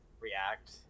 react